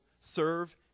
serve